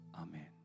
amen